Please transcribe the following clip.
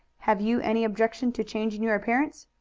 have you any objection to changing your appearance?